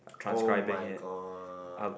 oh-my-god